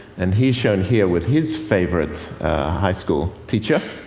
and he's shown here with his favorite high school teacher.